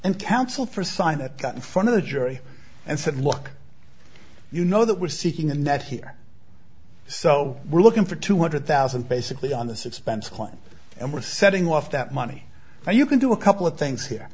and counsel for sign it got in front of the jury and said look you know that we're seeking a net here so we're looking for two hundred thousand basically on the suspense and we're setting off that money or you can do a couple of things here